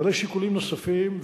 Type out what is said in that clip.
אבל יש שיקולים נוספים,